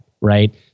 right